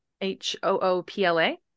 h-o-o-p-l-a